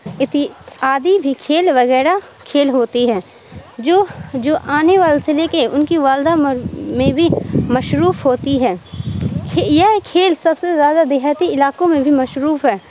اتی آدی بھی کھیل وغیرہ کھیل ہوتی ہے جو جو آنے والے سے لے کے ان کی والدہ میں بھی مشروف ہوتی ہے یہ کھیل سب سے زیادہ دیہاتی علاقوں میں بھی مشروف ہے